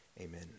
Amen